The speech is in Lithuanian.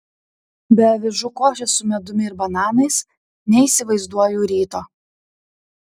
be avižų košės su medumi ir bananais neįsivaizduoju ryto